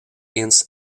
hints